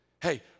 Hey